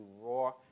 raw